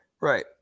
Right